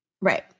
Right